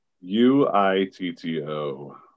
U-I-T-T-O